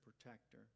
protector